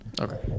Okay